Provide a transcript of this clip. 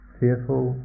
fearful